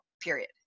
period